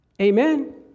Amen